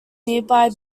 nearby